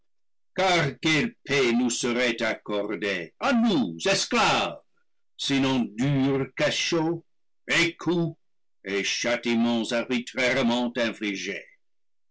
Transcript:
nous serait accordée à nous esclaves sinon durs cachots et coups et châtiments arbitrairement infligés